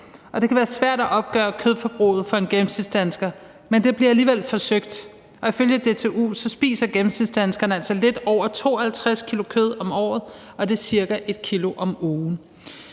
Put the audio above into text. Det kan være svært at opgøre kødforbruget for en gennemsnitsdansker, men det bliver alligevel forsøgt, og ifølge DTU spiser gennemsnitsdanskeren altså lidt over 52 kg kød om året, og det er ca. 1 kg om ugen.